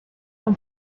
von